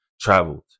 traveled